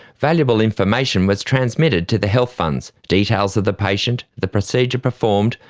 valuable information was transmitted to the health funds details of the patient, the procedure performed,